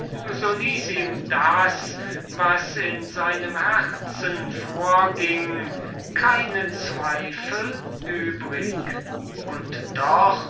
ihm das was in seinem herzen vorging keinen zweifel übrig und doch